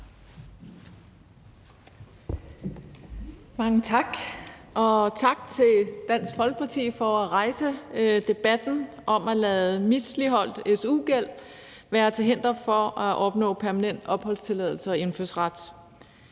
Mange tak. Og tak til Dansk Folkeparti for at rejse debatten om at lade misligholdt su-gæld være til hinder for at opnå permanent opholdstilladelse og indfødsret.